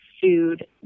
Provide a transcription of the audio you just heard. food